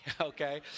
okay